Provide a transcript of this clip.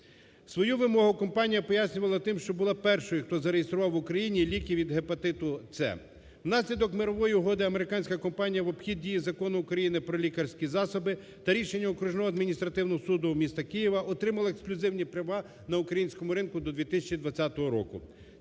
Свою вимогу компанія пояснювала тим, що була першою, хто зареєстрував в Україні ліки від гепатиту "С". Внаслідок мирової угоди американська компанія в обхід дії Закону України "Про лікарські засоби" та рішення Окружного адміністративного суду міста Києва отримали ексклюзивні права на українському ринку до 2020 року.